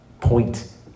point